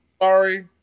Sorry